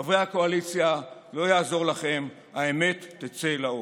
חברי הקואליציה, לא יעזור לכם, האמת תצא לאור.